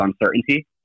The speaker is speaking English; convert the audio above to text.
uncertainty